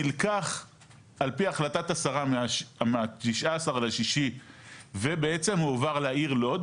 נלקח על פי החלטת השרה מה-19.6 ובעצם הועבר לעיר לוד,